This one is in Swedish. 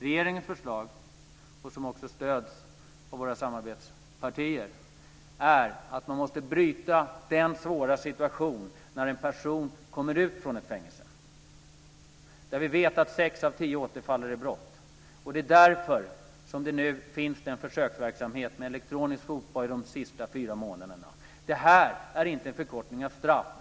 Regeringens förslag - och det stöds också av våra samarbetspartier - är att man måste göra något åt den svåra situation som uppstår när en person kommer ut från ett fängelse. Vi vet att sex av tio återfaller i brott. Det är därför som det nu finns en försöksverksamhet med elektronisk fotboja de sista fyra månaderna. Det här är inte en förkortning av straffet.